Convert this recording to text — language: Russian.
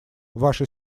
ваша